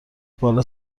بالا